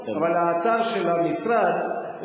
אבל האתר של המשרד,